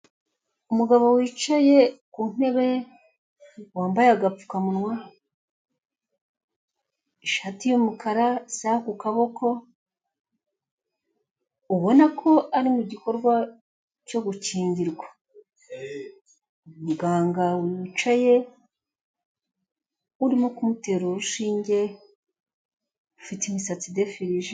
Umugabo wicaye ku ntebe wambaye agapfukamunwa, ishati yumukara, isaha ku kaboko, ubona ko ari mu gikorwa cyo gugirwa, muganga wicaye urimo kumutera urushinge ufite imisatsi idafirije.